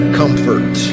comfort